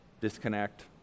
disconnect